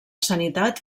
sanitat